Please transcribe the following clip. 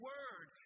Word